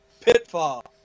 Pitfall